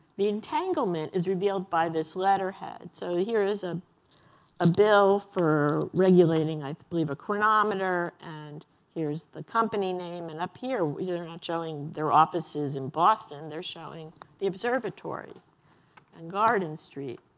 the entanglement is revealed by this letterhead. so here is a a bill for regulating, i believe, a chronometer. and here's the company name. and up here, they're not showing their offices in boston. they're showing the observatory and garden street.